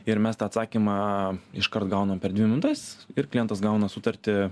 ir mes tą atsakymą iškart gaunam per dvi minutes ir klientas gauna sutartį